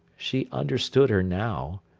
she understood her now.